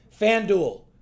FanDuel